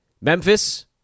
Memphis